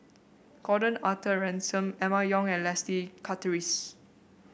Gordon Arthur Ransome Emma Yong and Leslie Charteris